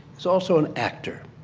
was also an actor.